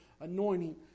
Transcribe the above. anointing